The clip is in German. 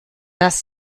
dass